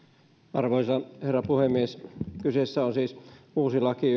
arvoisa herra puhemies kyseessä on siis uusi laki